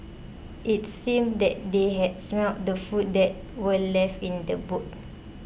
it seemed that they had smelt the food that were left in the boot